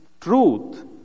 truth